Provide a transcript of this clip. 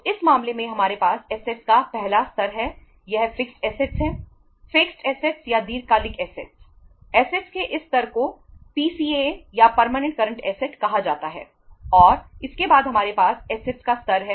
तो इस मामले में हमारे पास ऐसेटस है